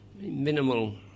minimal